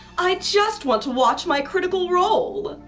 i just want to watch my critical role.